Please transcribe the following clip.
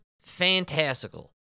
fantastical